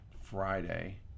Friday